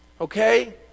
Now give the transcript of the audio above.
Okay